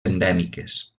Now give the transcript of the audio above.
endèmiques